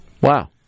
Wow